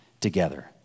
together